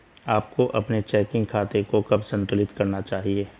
आपको अपने चेकिंग खाते को कब संतुलित करना चाहिए?